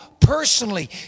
personally